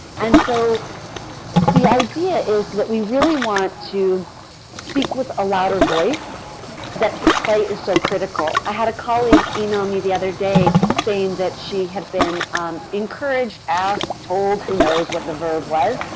and so the idea is that we really want to speak with a louder voice that play is so critical. i had a colleague email me the other day saying that she had been um encouraged, asked, told, who knows what the verb was,